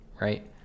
right